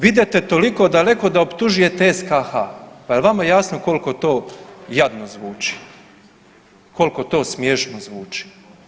Vi idete toliko daleko da optužujete SKH, pa jel vama jasno koliko to jadno zvuči, koliko to smiješno zvuči.